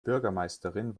bürgermeisterin